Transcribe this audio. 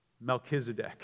Melchizedek